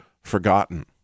forgotten